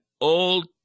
Old